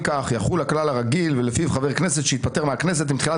יושב יושב-ראש ועדת חוקה חוק ומשפט של הכנסת,